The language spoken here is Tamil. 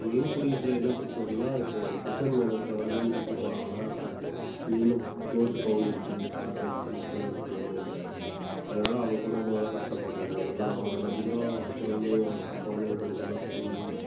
மீன் பிடிக்கிறதுல என்ன பிரச்சனைன்னால் இப்போது ஃபிஷர்மேன் இருக்காங்கல்ல மீன் பிடிக்கப் போனாங்கன்னால் க திடீரென்னு போட் கவுந்திடுது காற்றடிச்சி புயல் சுனாமியால் அதனால் அவங்க குடும்பம் எல்லாம் கஷ்டப்படுறாங்க ஏன்னால் அவங்களை நம்பி தான் அவங்க குடும்பமே இருக்கும் குழந்தைங்கள் படிக்கணும் ஸ்கூல்